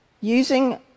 using